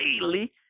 daily